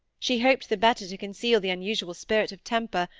she hoped the better to conceal the unusual spirt of temper,